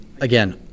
again